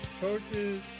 coaches